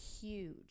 huge